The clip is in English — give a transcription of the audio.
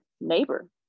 neighbor